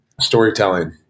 storytelling